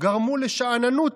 גרמו לשאננות